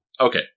Okay